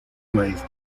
maestro